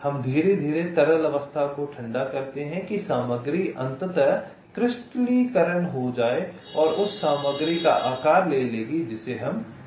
हम धीरे धीरे तरल अवस्था को ठंडा करते हैं कि सामग्री अंततः क्रिस्टलीकरण हो जाएगी और उस सामग्री का आकार ले लेगी जिसे हम चाहते हैं